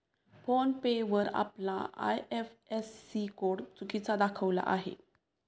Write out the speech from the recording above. phone पे वर आपला IFSC code चुकीचा दाखविला आहे